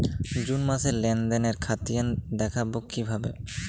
June মাসের লেনদেনের খতিয়ান দেখবো কিভাবে?